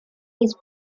his